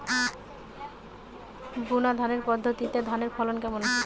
বুনাধানের পদ্ধতিতে ধানের ফলন কেমন?